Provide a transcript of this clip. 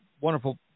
wonderful